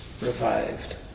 revived